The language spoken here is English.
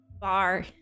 bar